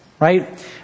right